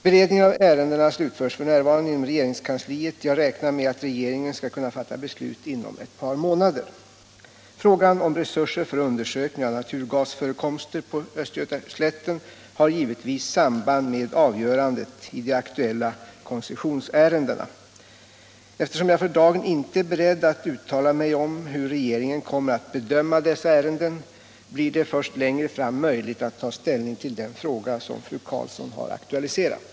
Beredningen av ärendena slutförs f. n. inom regeringskansliet. Jag räknar med att regeringen skall kunna fatta beslut inom ett par månader. Frågan om resurser för undersökning av naturgasförekomster på Östgötaslätten har givetvis samband med avgörandet i de aktuella koncessionsärendena. Eftersom jag för dagen inte är beredd att uttala mig om hur regeringen kommer att bedöma dessa ärenden, blir det först längre fram möjligt att ta ställning till den fråga som fru Karlsson har aktualiserat.